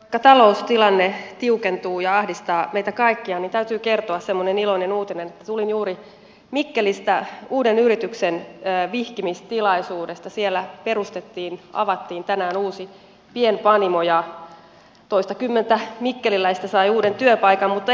vaikka taloustilanne tiukentuu ja ahdistaa meitä kaikkia niin täytyy kertoa semmoinen iloinen uutinen että tulin juuri mikkelistä uuden yrityksen vihkimistilaisuudesta siellä perustettiin avattiin tänään uusi pienpanimo ja toistakymmentä mikkeliläistä sai uuden työpaikan mutta